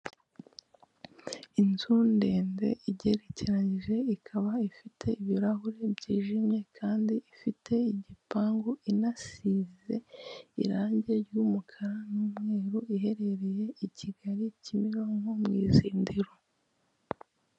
Inzu ndende igerekeranyije, ikaba ifite ibirahure byijimye kandi ifite igipangu, ikaba inasize irangi ry'umukara n'umweru. Iherereye i Kigali, Kimironko mu Izindiro.